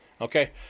Okay